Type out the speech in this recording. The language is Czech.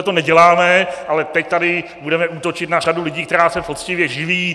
Tohle neděláme, ale teď tady budeme útočit na řadu lidí, kteří se poctivě živí.